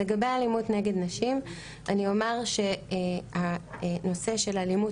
לגבי אלימות נגד נשים אני אומר שהנושא של אלימות